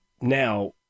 Now